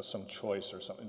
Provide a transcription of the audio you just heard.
some choice or something